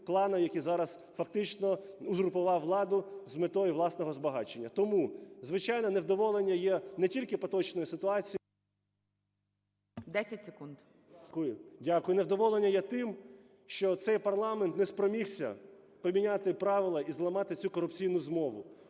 клану, який зараз фактично узурпував владу з метою власного збагачення. Тому, звичайно, невдоволення є не тільки поточною ситуацією… ГОЛОВУЮЧИЙ. 10 секунд. ЛЕЩЕНКО С.А. Дякую. Невдоволення є тим, що цей парламент не спромігся поміняти правила і зламати цю корупційну змову.